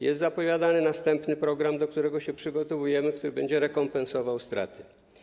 Jest zapowiadany następny program, do którego się przygotowujemy, który będzie rekompensował straty.